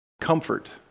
comfort